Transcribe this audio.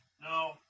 No